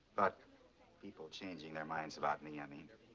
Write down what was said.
but people changing their minds about me, i mean.